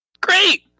Great